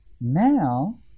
now